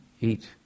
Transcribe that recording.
eat